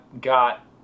got